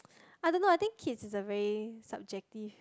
I don't know I think kids is a very subjective